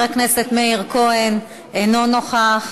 חבר הכנסת מאיר כהן, אינו נוכח,